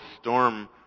storm